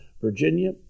Virginia